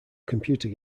computer